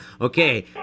Okay